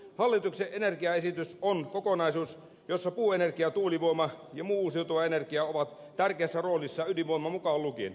hallituksen energiaesitys on kokonaisuus jossa puuenergia tuulivoima ja muu uusiutuva energia ovat tärkeässä roolissa ydinvoima mukaan lukien